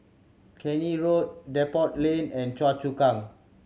Keene Road Depot Lane and Choa Chu Kang